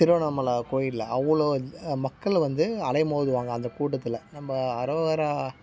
திருவண்ணாமலை கோயிலில் அவ்வளோ மக்கள் வந்து அலை மோதுவாங்க அந்தக் கூட்டத்தில் நம்ம அரோகரா